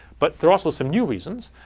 but there are also some new reasons.